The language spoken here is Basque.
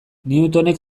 newtonek